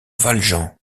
valjean